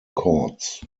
courts